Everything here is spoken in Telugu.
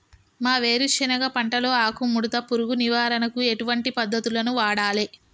మా వేరుశెనగ పంటలో ఆకుముడత పురుగు నివారణకు ఎటువంటి పద్దతులను వాడాలే?